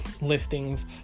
listings